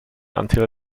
until